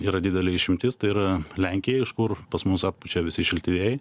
yra didelė išimtis tai yra lenkija iš kur pas mus atpučia visi šilti vėjai